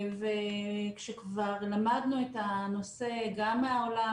וכשכבר למדנו את הנושא גם מהעולם,